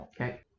Okay